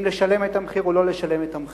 אם לשלם את המחיר או לא לשלם את המחיר.